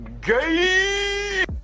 Gay